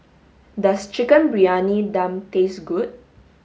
does chicken briyani dum taste good